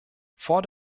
vor